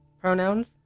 pronouns